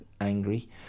angry